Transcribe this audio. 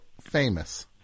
famous